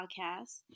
podcast